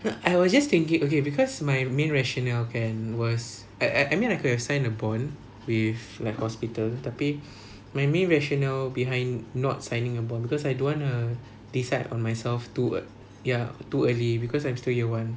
no I was just thinking okay because my main rationale kan was I I mean I could have sign a bond with like hospital tapi my main rationale behind not signing a bond because I don't wanna decide on myself too ear~ too early because I'm still year one